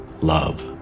Love